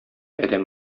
адәм